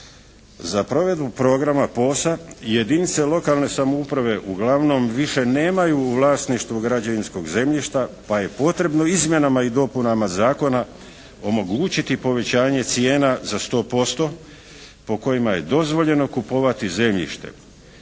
Za provedbu programa POS-a jedinice lokalne samouprave uglavnom više nemaju u vlasništvu građevinskog zemljišta pa je potrebno izmjenama i dopunama zakona omogućiti povećanje cijena za 100% po kojima je dozvoljeno kupovati zemljište.